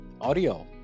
audio